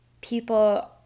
people